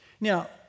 Now